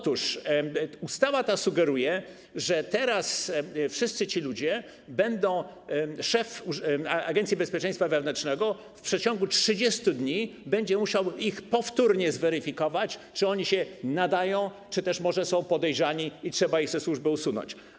Ta ustawa sugeruje, że teraz wszystkich tych ludzi szef Agencji Bezpieczeństwa Wewnętrznego w ciągu 30 dni będzie musiał powtórnie zweryfikować, czy oni się nadają, czy też może są podejrzani i trzeba ich ze służby usunąć.